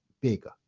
bigger